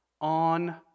On